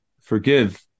forgive